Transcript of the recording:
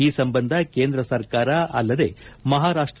ಈ ಸಂಬಂಧ ಕೇಂದ್ರ ಸರ್ಕಾರ ಅಲ್ಲದೇ ಮಹಾರಾಷ್ಟ